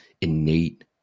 innate